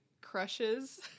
crushes